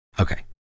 Okay